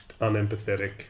unempathetic